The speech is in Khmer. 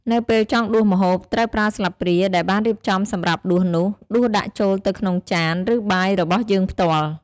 នៅពេលចង់ដួសម្ហូប ត្រូវប្រើស្លាបព្រាដែលបានរៀបចំសម្រាប់ដួសនោះ ដួសដាក់ចូលទៅក្នុងចាន ឬបាយរបស់យើងផ្ទាល់។